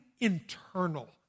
internal